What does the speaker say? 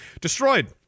destroyed